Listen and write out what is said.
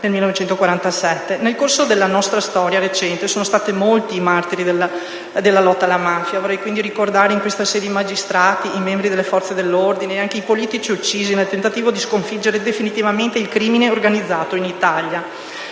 Nel corso della nostra storia recente sono stati molti i martiri della lotta alla mafia. Vorrei quindi ricordare in questa sede i magistrati, i membri delle forze dell'ordine e anche i politici uccisi nel tentativo di sconfiggere definitivamente il crimine organizzato in Italia.